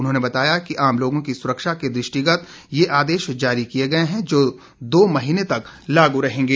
उन्होंने बताया कि आम लोगों की सुरक्षा के दृष्टिगत ये आदेश जारी किये गए हैं जो दो महीने तक लागू रहेगें